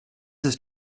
ist